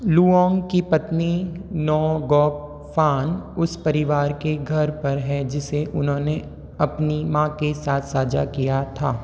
Luong की पत्नी Ngoc Phan उस परिवार के घर पर है जिसे उन्होंने अपनी माँ के साथ सांझा किया था